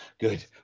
Good